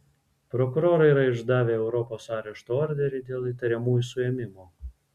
prokurorai yra išdavę europos arešto orderį dėl įtariamųjų suėmimo